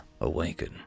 awaken